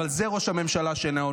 אבל זה ראש הממשלה שלנו.